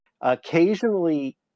Occasionally